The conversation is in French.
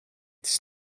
dix